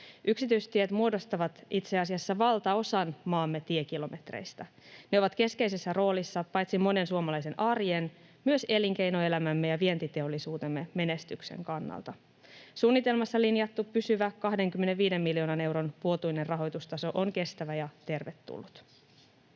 Yksityistiet muodostavat itse asiassa valtaosan maamme tiekilometreistä. Ne ovat keskeisessä roolissa paitsi monen suomalaisen arjen myös elinkeinoelämämme ja vientiteollisuutemme menestyksen kannalta. Suunnitelmassa linjattu pysyvä 25 miljoonan euron vuotuinen rahoitustaso on kestävä ja tervetullut.